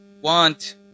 want